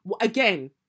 Again